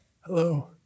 Hello